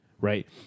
right